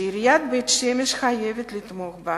שעיריית בית-שמש חייבת לתמוך בה,